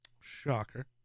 Shocker